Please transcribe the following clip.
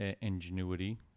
ingenuity